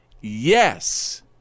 Yes